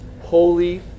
Holy